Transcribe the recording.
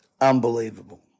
unbelievable